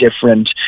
different